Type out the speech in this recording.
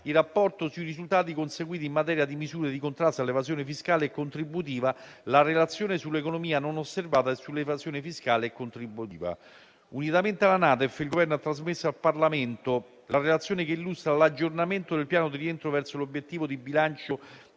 il rapporto sui risultati conseguiti in materia di misure di contrasto all'evasione fiscale e contributiva; la relazione sull'economia non osservata e sull'evasione fiscale e contributiva. Unitamente alla NADEF, il Governo ha trasmesso al Parlamento la Relazione che illustra l'aggiornamento del piano di rientro verso l'obiettivo di bilancio